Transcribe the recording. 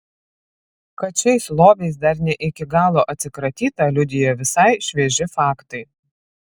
kad šiais lobiais dar ne iki galo atsikratyta liudija visai švieži faktai